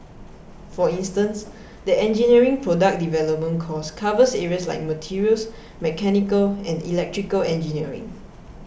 for instance the engineering product development course covers areas like materials mechanical and electrical engineering